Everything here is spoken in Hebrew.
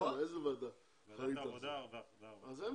לאיזה ועדה פנית עם זה?